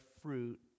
fruit